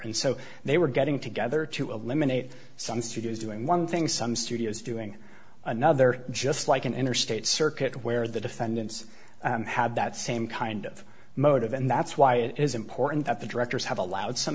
and so they were getting together to eliminate some studios doing one thing some studios doing another just like an interstate circuit where the defendants had that same kind of motive and that's why it is important that the directors have allowed some